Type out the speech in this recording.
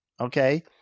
Okay